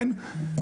כן?